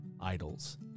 idols